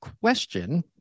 question